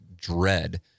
dread